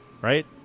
right